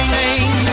name